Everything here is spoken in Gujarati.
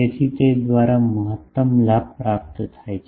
તેથી તે દ્વારા મહત્તમ લાભ પ્રાપ્ત થાય છે